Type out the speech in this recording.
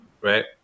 right